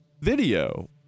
video